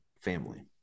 family